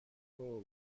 اوه